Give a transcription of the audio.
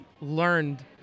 learned